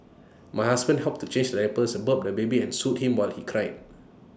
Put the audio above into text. my husband helped to change diapers burp the baby and soothe him what he cried